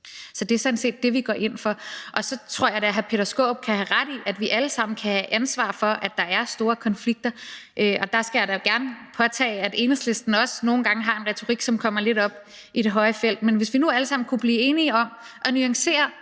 Så det er sådan set det, vi går ind for. Og så tror jeg da, at hr. Peter Skaarup kan have ret i, at vi alle sammen kan have et ansvar for, at der er store konflikter, og der skal jeg da gerne tage på mig, at Enhedslisten også nogle gange har en retorik, som kommer lidt op i det høje felt. Men hvis vi nu alle sammen kunne blive enige om at nuancere